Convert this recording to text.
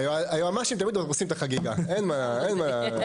היועמ"שים תמיד הורסים את החגיגה, אין מה לעשות.